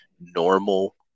normal